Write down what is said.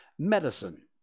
Medicine